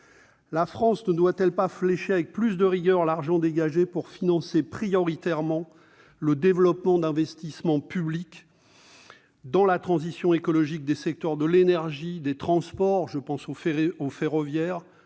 La France ne doit-elle pas tenter de flécher avec plus de rigueur cet argent, afin de financer prioritairement le développement d'investissements publics dans la transition écologique des secteurs de l'énergie, des transports, notamment ferroviaires,